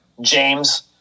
James